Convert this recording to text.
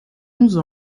onze